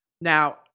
Now